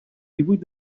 díhuit